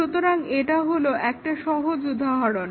সুতরাং এটা হলো একটা সহজ উদাহরণ